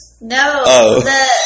No